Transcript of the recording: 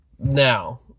Now